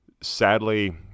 Sadly